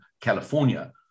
California